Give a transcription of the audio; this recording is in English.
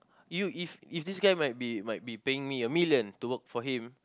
you if if this guy might be might be paying me a million to work for him